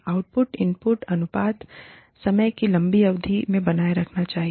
output input अनुपात समय की लंबी अवधि में बनाए रखा जाना चाहिए